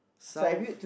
south